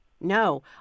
no